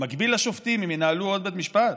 במקביל לשופטים, הם ינהלו עוד בית משפט?